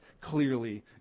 clearly